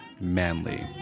manly